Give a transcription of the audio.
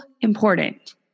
important